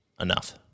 enough